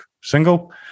single